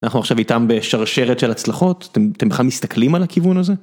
אנחנו עכשיו איתם בשרשרת של הצלחות אתם בכלל מסתכלים על הכיוון הזה.